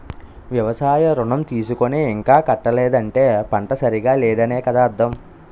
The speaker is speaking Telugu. వ్యవసాయ ఋణం తీసుకుని ఇంకా కట్టలేదంటే పంట సరిగా లేదనే కదా అర్థం